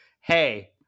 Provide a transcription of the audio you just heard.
hey